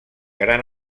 gran